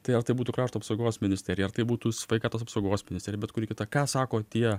tai ar tai būtų krašto apsaugos ministerija ar tai būtų sveikatos apsaugos ministerija bet kuri kita ką sako tie